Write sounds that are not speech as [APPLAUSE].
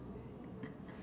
[LAUGHS]